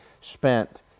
spent